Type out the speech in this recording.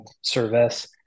service